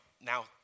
now